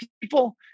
people